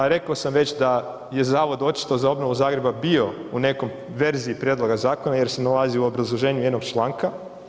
Rekao sam već da je zavod očito za obnovu Zagreba bio u nekoj verziji prijedloga zakona jer se nalazi u obrazloženju jednog članka.